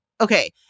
Okay